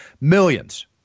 Millions